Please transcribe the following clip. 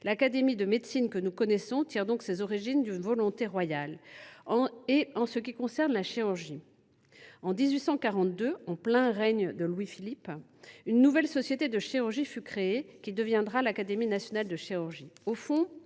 nationale de médecine que nous connaissons tire donc ses origines d’une volonté royale. Qu’en est il en ce qui concerne la chirurgie ? En 1842, en plein règne de Louis Philippe, une nouvelle société de chirurgie fut créée ; elle deviendra l’Académie nationale de chirurgie.